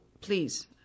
please